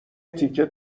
تیکه